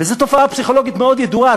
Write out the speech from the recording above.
וזו תופעה פסיכולוגית מאוד ידועה,